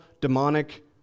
demonic